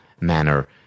manner